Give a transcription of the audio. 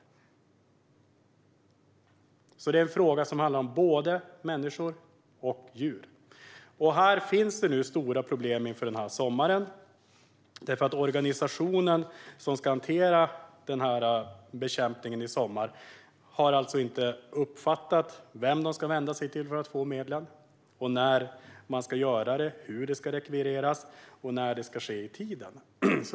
Det är alltså en fråga som handlar om både människor och djur. Det finns nu stora problem inför sommaren. Den organisation som ska hantera bekämpningen i sommar har nämligen inte uppfattat vem man ska vända sig till för att få medlen, när man ska göra det, hur det ska rekvireras och när det ska ske i tiden.